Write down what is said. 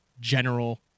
general